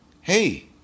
Hey